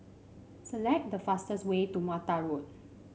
select the fastest way to Mattar Road